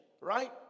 right